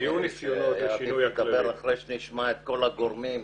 אני אדבר אחרי שנשמע את כל הגורמים,